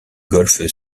golfe